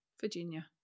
Virginia